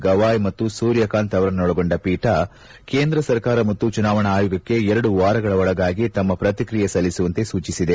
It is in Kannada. ಗವಾಯ್ ಮತ್ತು ಸೂರ್ಯಕಾಂತ್ ಅವರಸ್ನೊಳಗೊಂಡ ಪೀಠ ಕೇಂದ್ರ ಸರ್ಕಾರ ಮತ್ತು ಚುನಾವಣಾ ಆಯೋಗಕ್ಕೆ ಎರಡು ವಾರಗಳ ಒಳಗಾಗಿ ತಮ್ಮ ಪ್ರತಿಕ್ರಿಯೆ ಸಲ್ಲಿಸುವಂತೆ ಸೂಚಿಸಿದೆ